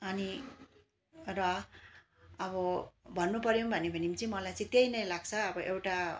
अनि र अब भन्नु पऱ्यो भन्यो भने चाहिँ मलाई चाहिँ त्यही नै लाग्छ अब एउटा